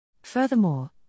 Furthermore